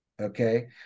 Okay